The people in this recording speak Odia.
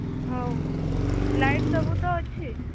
ହଉ ଲାଇଟ୍ ସବୁ ତ ଅଛି